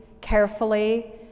carefully